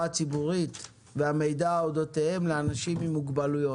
הציבורית והמידע אודותיהם לאנשים עם מוגבלויות.